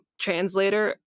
translator